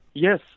Yes